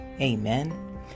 Amen